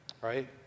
right